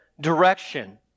direction